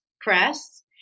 press